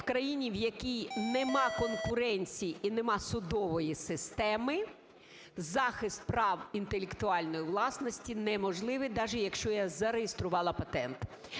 в країні, в якій нема конкуренції і нема судової системи, захист прав інтелектуальної власності неможливий даже якщо я зареєструвала патент.